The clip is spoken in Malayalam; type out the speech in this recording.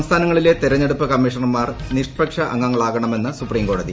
സംസ്ഥാനങ്ങളിലെ ്തിരഞ്ഞെടുപ്പ് കമ്മീഷണർമാർ നിഷ്പക്ഷ ന് അംഗങ്ങളാകണമെന്ന് സുപ്രീംകോടതി